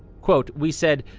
we said,